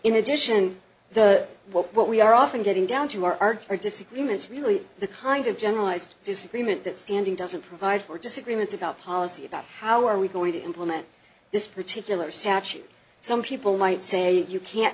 in addition the what we are often getting down to are our disagreements really the kind of generalized disagreement that standing doesn't provide for disagreements about policy about how are we going to implement this particular statute some people might say you can't